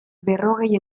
berrogei